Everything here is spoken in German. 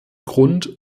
grund